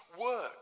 Work